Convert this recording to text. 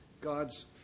God's